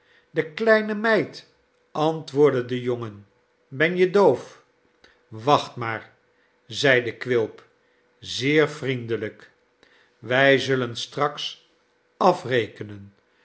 de kleine meid antwoordde de jongen ben je doof wacht maar zeide quilp zeer vriendelijk wij zullen straks afrekenen